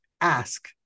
Ask